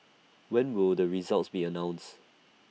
when will the results be announced